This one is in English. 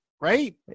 right